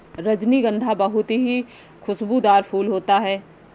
रजनीगंधा बहुत ही खुशबूदार फूल होता है